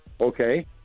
Okay